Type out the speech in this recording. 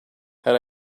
had